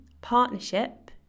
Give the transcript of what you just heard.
partnership